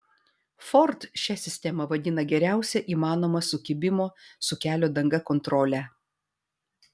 ford šią sistemą vadina geriausia įmanoma sukibimo su kelio danga kontrole